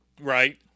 Right